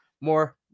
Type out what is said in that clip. more